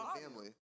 family